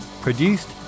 produced